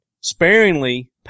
sparingly